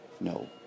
No